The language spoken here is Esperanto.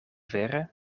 vere